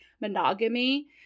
monogamy